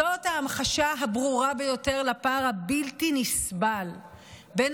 זאת ההמחשה הברורה ביותר לפער הבלתי-נסבל בין